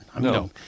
No